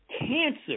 cancer